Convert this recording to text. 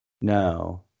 no